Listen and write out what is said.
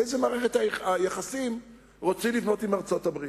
איזו מערכת יחסים רוצים לבנות עם ארצות-הברית.